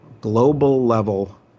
global-level